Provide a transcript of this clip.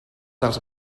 dels